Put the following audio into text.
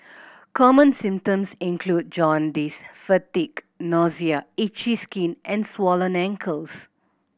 common symptoms include jaundice fatigue nausea itchy skin and swollen ankles